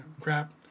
crap